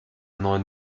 neuen